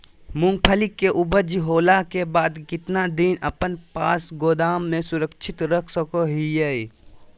मूंगफली के ऊपज होला के बाद कितना दिन अपना पास गोदाम में सुरक्षित रख सको हीयय?